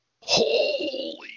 Holy